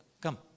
Come